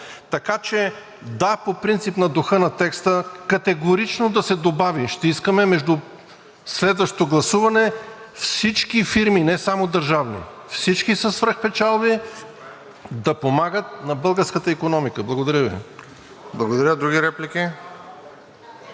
така че, да, по принцип на духа на текста категорично да се добави – ще искаме между следващото гласуване, всички фирми, не само държавни, всички със свръхпечалби да помагат на българската икономика. Благодаря Ви. ПРЕДСЕДАТЕЛ РОСЕН